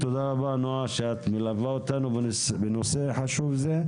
תודה רבה נעה שאת מלווה אותנו בנושא חשוב זה,